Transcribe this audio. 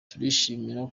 turishimira